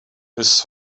his